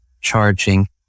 charging